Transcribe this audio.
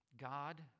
God